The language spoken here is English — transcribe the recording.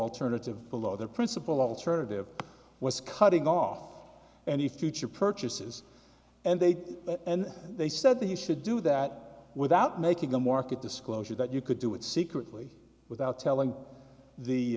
alternative below their principal alternative was cutting off any future purchases and they did and they said they should do that without making the market disclosure that you could do it secretly without telling the